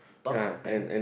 bump back